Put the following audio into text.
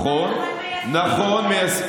אבל מיישמים את זה רק על חקלאים.